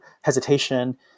hesitation